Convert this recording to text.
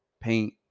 paint